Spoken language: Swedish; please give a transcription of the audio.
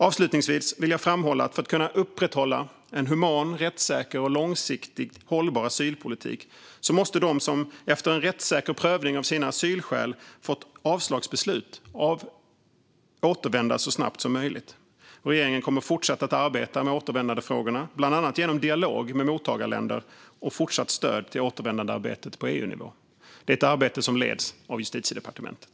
Avslutningsvis vill jag framhålla att för att kunna upprätthålla en human, rättssäker och långsiktigt hållbar asylpolitik måste de som efter en rättssäker prövning av sina asylskäl fått ett avslagsbeslut återvända så snabbt som möjligt. Regeringen kommer att fortsätta arbeta med återvändandefrågorna bland annat genom dialog med mottagarländer och fortsatt stöd till återvändandearbetet på EU-nivå. Det är ett arbete som leds av Justitiedepartementet.